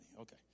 okay